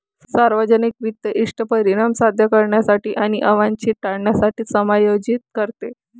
सार्वजनिक वित्त इष्ट परिणाम साध्य करण्यासाठी आणि अवांछित टाळण्यासाठी समायोजित करते